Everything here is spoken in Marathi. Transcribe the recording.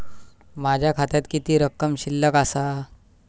माझ्या खात्यात किती रक्कम शिल्लक आसा?